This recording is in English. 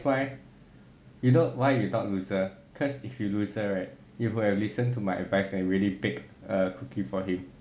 why you don't why you not loser cause if you loser right if you would have listened to my advice and really pick a cookie for him